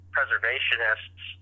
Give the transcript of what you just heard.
preservationists